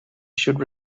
should